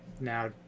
Now